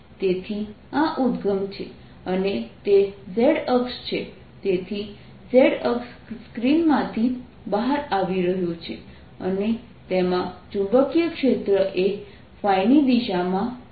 તેથી આ ઉદ્દગમ છે અને તે z અક્ષ છે તેથી z અક્ષ સ્ક્રીન માંથી બહાર આવી રહ્યું છે અને તેમાં ચુંબકીય ક્ષેત્ર એ ની દિશામાં છે